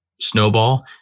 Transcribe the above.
snowball